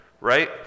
right